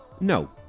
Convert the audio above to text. No